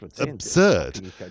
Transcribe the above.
absurd